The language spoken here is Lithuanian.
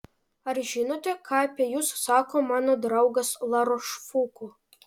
ar žinote ką apie jus sako mano draugas larošfuko